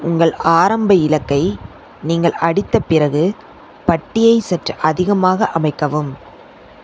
உங்கள் ஆரம்ப இலக்கை நீங்கள் அடித்த பிறகு பட்டியை சற்று அதிகமாக அமைக்கவும்